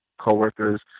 coworkers